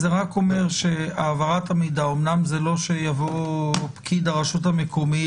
זה רק אומר שהעברת המידע אמנם זה לא שיבוא פקיד הרשות המקומית